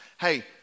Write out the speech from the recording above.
hey